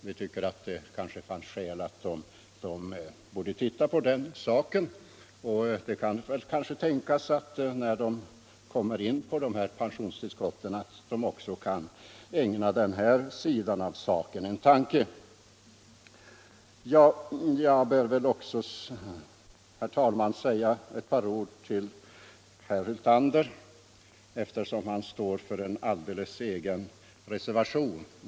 Vi tyckte att det fanns skäl att utreda den saken. Det kan tänkas att kommittén, när den kommer in på pensionstillskotten, också kan ägna den här sidan av saken en tanke. Herr talman! Jag bör väl också säga ett par ord till herr Hyltander, eftersom han står för en egen reservation.